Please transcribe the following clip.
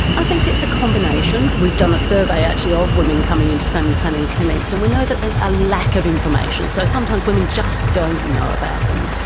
i think it's a combination. we've done a survey actually ah of women coming in to family planning clinics and we know that there's a lack of information. so sometimes women just don't know about them.